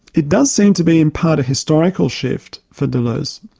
it does seem to be in part a historical shift for deleuze.